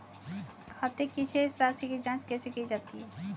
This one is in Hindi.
खाते की शेष राशी की जांच कैसे की जाती है?